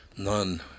None